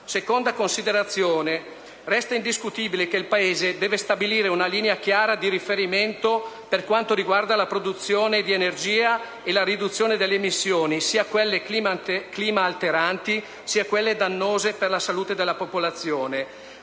seconda considerazione è che resta indiscutibile che il Paese deve stabilire una linea chiara di riferimento per quanto riguarda la produzione di energia e la riduzione delle emissioni, sia quelle climalteranti, sia quelle dannose per la salute della popolazione.